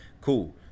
cool